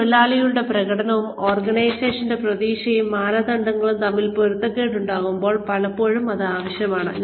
ഒരു തൊഴിലാളിയുടെ പ്രകടനവും ഓർഗനൈസേഷന്റെ പ്രതീക്ഷകളും മാനദണ്ഡങ്ങളും തമ്മിൽ പൊരുത്തക്കേട് ഉണ്ടാകുമ്പോൾ പലപ്പോഴും ഇത് ആവശ്യമാണ്